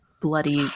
bloody